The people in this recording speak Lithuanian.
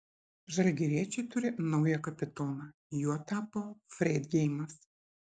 žalgiriečiai turi naują kapitoną juo tapo freidgeimas